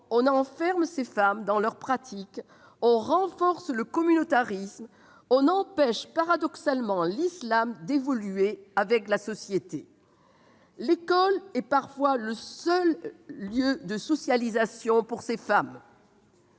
on les enferme dans leurs pratiques, on renforce le communautarisme, on empêche, paradoxalement, l'islam d'évoluer avec la société. L'école est parfois le seul lieu de socialisation pour ces femmes.